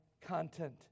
content